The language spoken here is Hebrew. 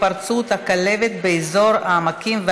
חברי הכנסת איתן כבל,